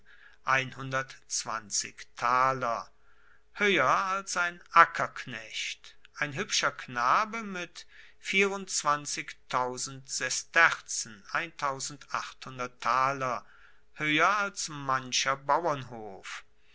hoeher als ein ackerknecht ein huebscher knabe mit sesterzen hoeher als mancher bauernhof